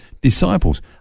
disciples